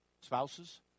spouses